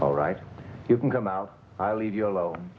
all right you can come out i leave you alone